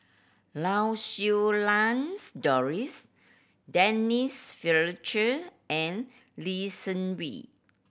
Lau Siew Lang's Doris Denise Fletcher and Lee Seng Wee